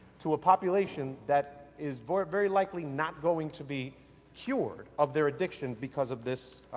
to a population that is very very likely not going to be cured of their addiction because of this,